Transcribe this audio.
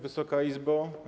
Wysoka Izbo!